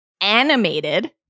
animated